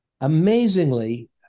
Amazingly